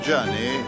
journey